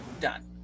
done